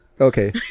okay